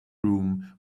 room